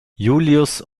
julius